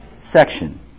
section